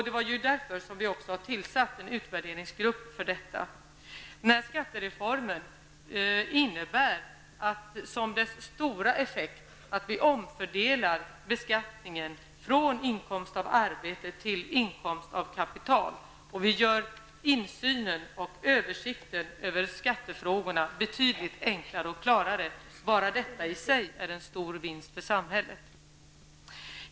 Det är därför som vi också har tillsatt en utvärderingsgrupp. Skattereformens stora effekt innebär att vi omfördelar beskattningen från inkomst av arbete till inkomst av kapital. Vi gör insynen i och översikten över skattefrågorna betydligt enklare och klarare. Detta i sig är en stor vinst för samhället.